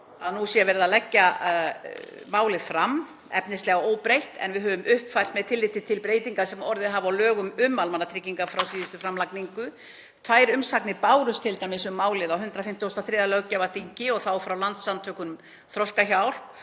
nú sé verið að leggja málið fram efnislega óbreytt en við höfum uppfært það með tilliti til breytinga sem orðið hafa á lögum um almannatryggingar frá síðustu framlagningu. Tvær umsagnir bárust t.d. um málið á 153. löggjafarþingi og þá frá Landssamtökunum Þroskahjálp